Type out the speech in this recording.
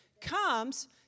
comes